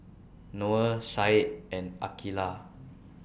Noah Said and Aqilah